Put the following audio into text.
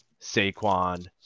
Saquon